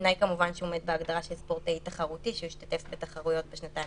בתנאי שהוא עומד בהגדרה של ספורטאי תחרותי שהשתתף בתחרויות בשנתיים